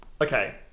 Okay